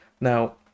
Now